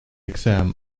exam